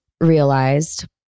realized